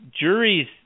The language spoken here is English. juries